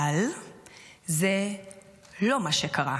אבל זה לא מה שקרה,